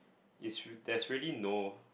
it's there's really no